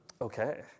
Okay